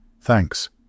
Thanks